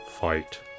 fight